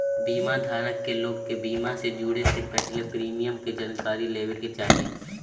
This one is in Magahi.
बीमा धारक लोग के बीमा से जुड़े से पहले प्रीमियम के जानकारी लेबे के चाही